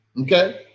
okay